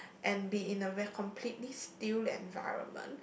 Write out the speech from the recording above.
and be in a very completely still environment